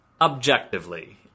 objectively